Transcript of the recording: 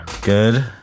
Good